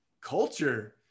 Culture